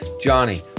Johnny